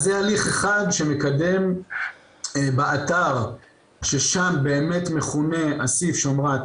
אז זה הליך אחד שמקדם באתר ששם באמת מכונה הסיב "שומרת",